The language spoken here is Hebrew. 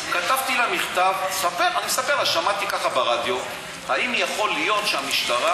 כתבתי לה מכתב ואני מספר לה ששמעתי ככה ברדיו והאם יכול להיות שהמשטרה,